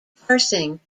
parsing